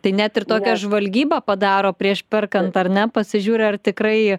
tai net ir tokią žvalgybą padaro prieš perkant ar ne pasižiūri ar tikrai